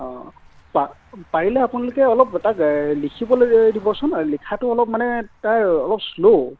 অঁ পাৰিলে আপোনালোকে অলপ তাক লিখিবলৈ দিবচোন লিখাটো অলপ মানে তাৰ অলপ শ্লো'